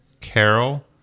Carol